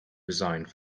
resigned